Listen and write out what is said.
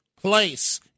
place